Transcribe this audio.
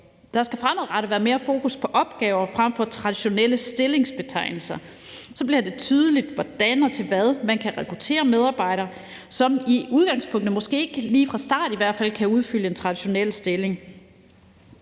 Der skal fremadrettet være mere fokus på opgaver frem for på traditionelle stillingsbetegnelser. Så bliver det tydeligt, hvordan og til hvad man kan rekruttere medarbejdere, som i udgangspunktet måske ikke lige fra start i hvert fald kan udfylde en traditionel stilling.